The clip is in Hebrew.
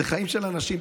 אלה חיים של אנשים,